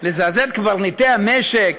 לזעזע את קברניטי המשק,